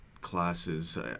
classes